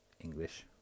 English